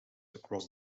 across